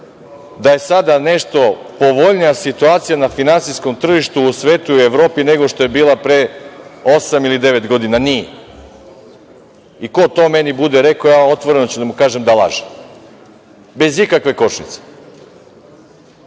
da je sada nešto povoljnija situacija na finansijskom tržištu u svetu i Evropi nego što je bila pre osam ili devet godina. Nije. I ko to meni bude rekao, otvoreno ću da mu kažem da laže. Bez ikakve kočnice.